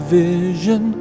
vision